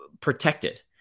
protected